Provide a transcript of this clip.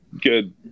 good